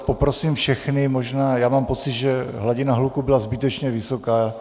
Poprosím všechny já mám pocit, že hladina hluku byla zbytečně vysoká.